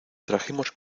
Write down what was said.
trajimos